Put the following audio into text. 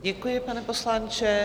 Děkuji, pane poslanče.